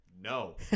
no